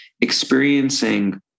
experiencing